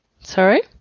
Sorry